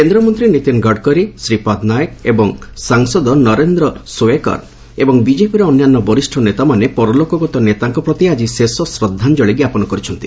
କେନ୍ଦ୍ରମନ୍ତ୍ରୀ ନୀତିନ୍ ଗଡ଼କରୀ ଶ୍ରୀପାଦ ନାଏକ ଏବଂ ସାଂସଦ ନରେନ୍ଦ୍ର ସୌଓ୍ବେକର ଏବଂ ବିକେପିର ଅନ୍ୟାନ୍ୟ ବରିଷ୍ଣ ନେତାମାନେ ପରଲୋକଗତ ନେତାଙ୍କ ପ୍ରତି ଆକି ଶେଷ ଶ୍ରଦ୍ଧାଞ୍ଚଳି ଜ୍ଞାପନ କରିଛନ୍ତି